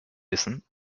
wissen